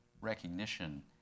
recognition